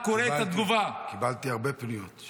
קיבלתי הרבה פניות.